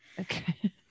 Okay